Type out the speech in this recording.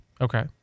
Okay